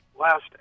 last